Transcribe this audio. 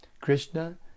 Krishna